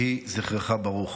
יהיה זכרך ברוך.